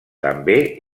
també